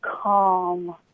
calm